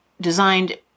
designed